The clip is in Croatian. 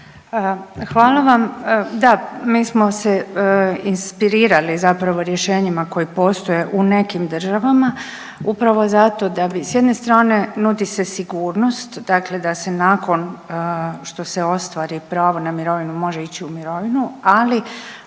Hvala vam. Da. Mi smo se inspirirali zapravo rješenjima koji postoje u nekim državama upravo zato da bi s jedne strane, nudi se sigurnost, dakle da se nakon što se ostvari pravo na mirovinu, može ići u mirovinu, ali